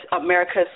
America's